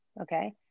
okay